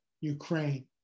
Ukraine